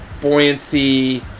buoyancy